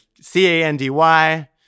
C-A-N-D-Y